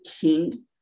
king